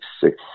six